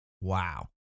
wow